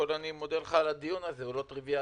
אני מודה לך על הדיון הזה שהוא לא טריביאלי.